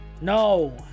No